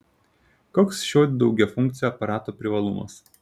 koks šio daugiafunkcio aparato privalumas